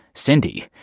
cindy,